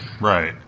Right